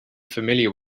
familiar